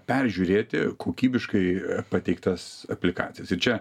peržiūrėti kokybiškai pateiktas aplikacijas ir čia